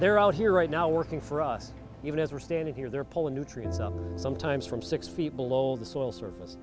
they're out here right now working for us even as we're standing here they're pulling nutrients up sometimes from six feet below the soil surface